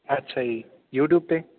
ਅੱਛਾ ਜੀ ਯੂਟਿਊਬ 'ਤੇ